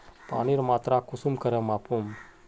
पानीर मात्रा कुंसम करे मापुम?